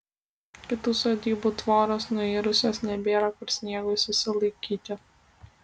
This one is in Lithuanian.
kitų sodybų tvoros nuirusios nebėra kur sniegui susilaikyti